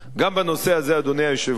גם בנושא הזה, אדוני היושב-ראש,